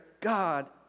God